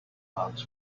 bags